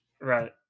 right